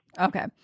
Okay